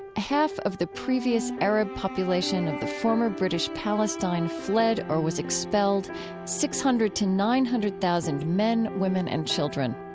half of the previous arab population of the former british palestine fled or was expelled six hundred thousand to nine hundred thousand men, women and children.